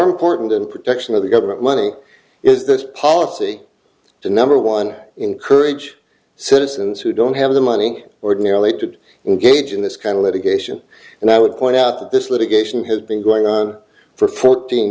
important in protection of the government money is this policy to number one encourage citizens who don't have the money ordinarily to engage in this kind of litigation and i would point out that this litigation has been going on for fourteen